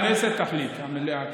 הכנסת תחליט, המליאה.